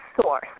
source